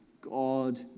God